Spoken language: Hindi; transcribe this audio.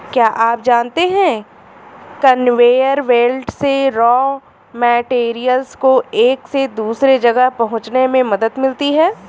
क्या आप जानते है कन्वेयर बेल्ट से रॉ मैटेरियल्स को एक से दूसरे जगह पहुंचने में मदद मिलती है?